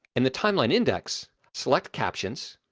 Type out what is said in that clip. in the timeline index select captions,